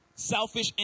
Selfish